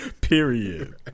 Period